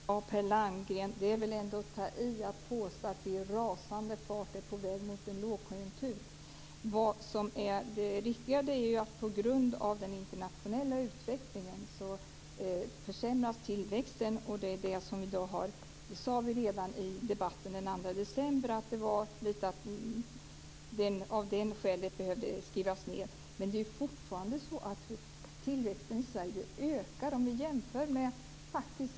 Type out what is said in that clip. Fru talman! Per Landgren, det är väl ändå att ta i att påstå vi i rasande fart är på väg mot en lågkonjunktur. Det riktiga är ju att tillväxten på grund av den internationella utvecklingen försämras. Vi sade redan i debatten den 2 december att det var på grund av detta som man fick skriva ned den förväntade tillväxten. Men fortfarande är det så att tillväxten i Sverige ökar.